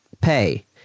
pay